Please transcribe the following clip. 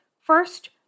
First